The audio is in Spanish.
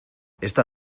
esta